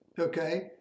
Okay